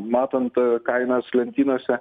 matant kainas lentynose